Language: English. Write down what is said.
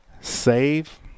save